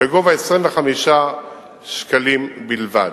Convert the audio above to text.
בגובה 25 שקלים בלבד.